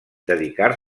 dedicar